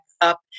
up